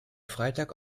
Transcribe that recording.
freitag